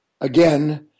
again